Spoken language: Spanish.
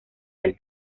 del